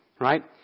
right